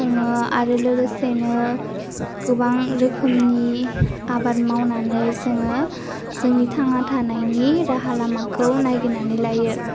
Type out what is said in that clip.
खुङो आरो लोगोसेनो गोबां रोखोमनि आबाद मावनानै जोङो जोंनि थांना थानायनि राहा लामाखौ नागिरनानै लायो